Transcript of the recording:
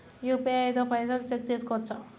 UPI తో పైసల్ check చేసుకోవచ్చా?